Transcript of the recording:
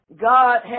God